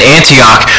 Antioch